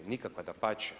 Nikakva, dapače.